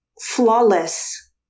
flawless